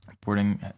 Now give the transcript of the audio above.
Boarding